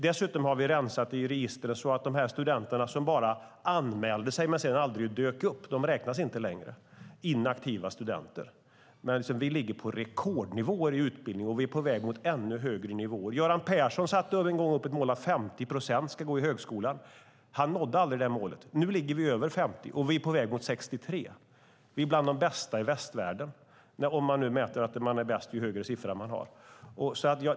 Dessutom har vi rensat i registren så att de studenter som bara anmälde sig men aldrig dök upp inte räknas längre, inaktiva studenter. Vi ligger på rekordnivåer i utbildning och vi är på väg mot ännu högre nivåer. Göran Persson satte upp målet att 50 procent ska gå på högskolan. Han nådde aldrig det målet. Nu ligger vi över 50 procent, och vi är på väg mot 63. Vi är bland de bästa i västvärlden, om man nu mäter att man är bäst ju högre siffra man har.